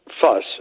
fuss